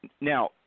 Now